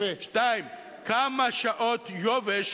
2. כמה שעות יובש